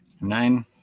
Nine